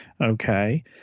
Okay